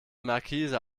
markise